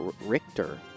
Richter